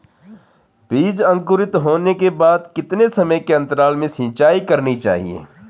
बीज अंकुरित होने के बाद कितने समय के अंतराल में सिंचाई करनी चाहिए?